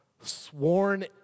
sworn